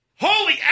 holy